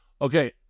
okay